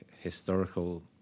historical